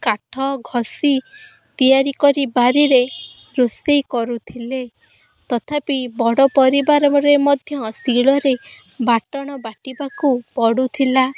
କାଠ ଘଷି ତିଆରି କରି ବାରିରେ ରୋଷେଇ କରୁଥିଲେ ତଥାପି ବଡ଼ ପରିବାରରେ ମଧ୍ୟ ଶିଳରେ ବାଟଣ ବାଟିବାକୁ ପଡ଼ୁଥିଲା